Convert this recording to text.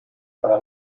para